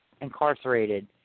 incarcerated